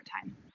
time